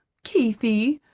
keithie,